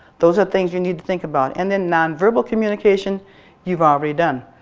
those are things you need to think about. and then non verbal communication you've already done.